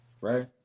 right